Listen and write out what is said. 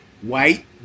White